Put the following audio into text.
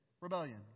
rebellion